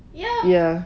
ya